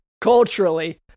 Culturally